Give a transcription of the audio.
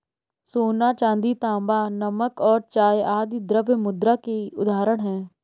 सोना, चांदी, तांबा, नमक और चाय आदि द्रव्य मुद्रा की उदाहरण हैं